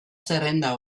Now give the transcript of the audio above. zerrenda